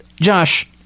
Josh